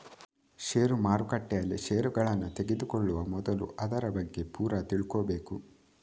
ಷೇರು ಮಾರುಕಟ್ಟೆಯಲ್ಲಿ ಷೇರುಗಳನ್ನ ತೆಗೆದುಕೊಳ್ಳುವ ಮೊದಲು ಅದರ ಬಗ್ಗೆ ಪೂರ ತಿಳ್ಕೊಬೇಕು